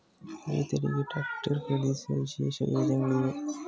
ರೈತರಿಗೆ ಟ್ರಾಕ್ಟರ್ ಖರೀದಿಸಲು ವಿಶೇಷ ಯೋಜನೆಗಳಿವೆಯೇ?